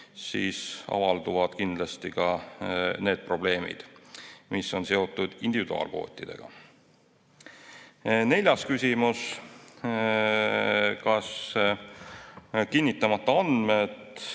siis avalduvad kindlasti ka need probleemid, mis on seotud individuaalkvootidega. Neljas küsimus: "Kas kinnitamata andmed